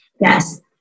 yes